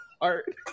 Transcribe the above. art